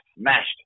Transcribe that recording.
smashed